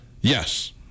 yes